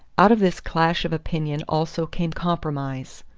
out of this clash of opinion also came compromise.